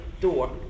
door